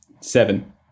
Seven